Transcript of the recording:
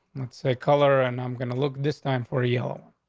it's a color, and i'm gonna look this time for you,